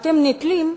אתם נתלים,